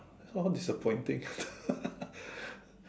how disappointing